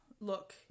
Look